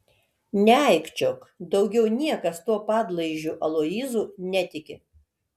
neaikčiok daugiau niekas tuo padlaižiu aloyzu netiki